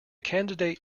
candidate